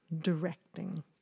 directing